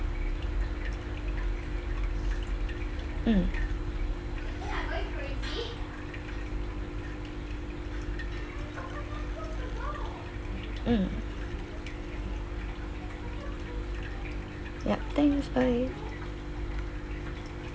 mm mm yup thanks bye